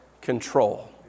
Control